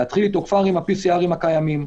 להתחיל כבר עם ה-PCR הקיימים,